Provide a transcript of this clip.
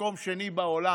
מקום שני בעולם,